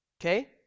Okay